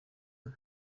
mwe